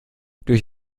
durch